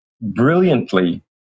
brilliantly